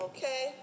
Okay